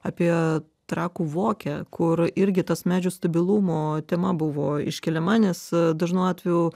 apie trakų vokę kur irgi tas medžių stabilumo tema buvo iškeliama nes dažnu atveju